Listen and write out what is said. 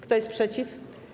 Kto jest przeciw?